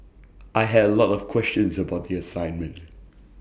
I had A lot of questions about the assignment